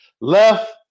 Left